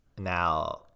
Now